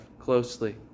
closely